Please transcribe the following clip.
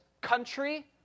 country